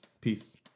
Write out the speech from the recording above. Peace